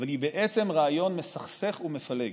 אבל היא בעצם רעיון מסכסך ומפלג.